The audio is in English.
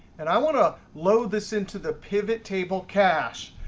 and i want to load this into the pivot table cache.